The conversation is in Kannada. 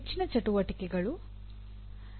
ಹೆಚ್ಚಿನ ಚಟುವಟಿಕೆಗಳು